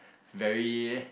very